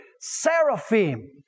seraphim